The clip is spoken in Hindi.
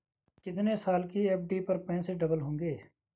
कितने साल की एफ.डी पर पैसे डबल होंगे?